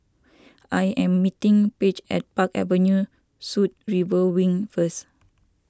I am meeting Page at Park Avenue Suites River Wing first